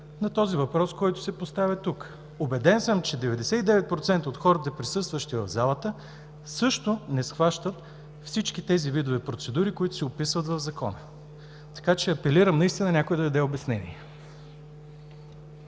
на въпроса, който се поставя тук. Убеден съм, че 99% от хората, присъстващи в залата, също не схващат всички тези видове процедури, които се описват в Закона. Апелирам наистина някой да даде обяснение.